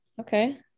Okay